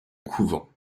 couvent